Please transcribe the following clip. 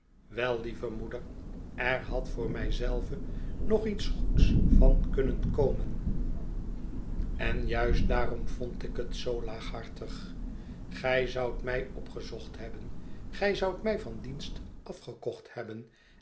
wel lieve moeder er had voor mij zelven nog iets goeds van kunnen komen en juist daarom vond ik het zoo laaghartig gij zoudt mij opgezocht hebben gij zoudt mij van dienst afgekocht hebben